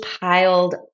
piled